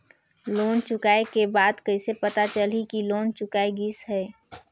Loan चुकाय के बाद कइसे पता चलही कि लोन चुकाय गिस है?